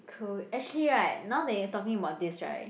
cool actually right now that you are talking about this right